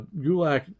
Gulak